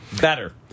Better